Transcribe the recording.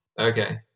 okay